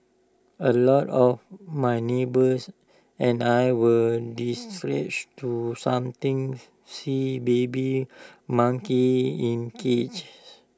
A lot of my neighbours and I were distraught to somethings see baby monkeys in cages